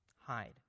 Hide